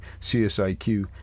CSIQ